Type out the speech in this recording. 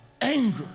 anger